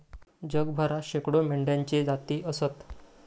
जगभरात शेकडो मेंढ्यांच्ये जाती आसत